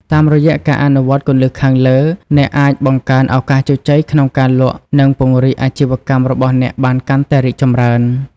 តាមរយៈការអនុវត្តន៍គន្លឹះខាងលើ អ្នកអាចបង្កើនឱកាសជោគជ័យក្នុងការលក់ និងពង្រីកអាជីវកម្មរបស់អ្នកបានកាន់តែរីកចម្រើន។